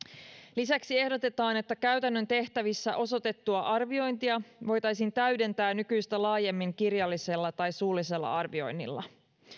lisäksi ehdotetaan että käytännön tehtävissä osoitettua arviointia voitaisiin täydentää nykyistä laajemmin kirjallisella tai suullisella arvioinnilla